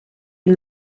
une